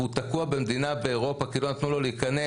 והוא תקוע במדינה באירופה כי לא נתנו לו להיכנס,